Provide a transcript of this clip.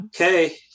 Okay